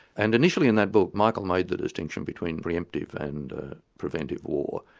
and initially in that book, michael made the distinction between pre-emptive and preventive war,